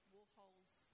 Warhol's